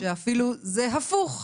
בהן זה הפוך,